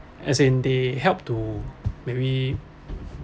as in they help to maybe